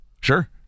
Sure